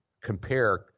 compare